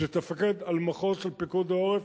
שתפקד על מחוז של פיקוד העורף.